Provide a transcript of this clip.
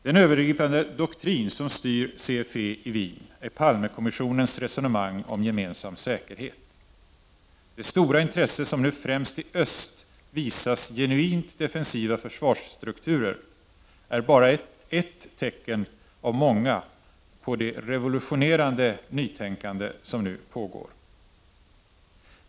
| Den övergripande doktrin som styr CFE i Wien är Palmekommissionens resonemang om gemensam säkerhet. Det stora intresse som nu främst i öst visas genuint defensiva försvarsstrukturer är bara ett tecken av många på det revolutionerande nytänkande som pågår.